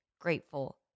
grateful